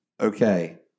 okay